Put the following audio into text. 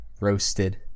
Roasted